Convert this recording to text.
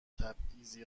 تبعیض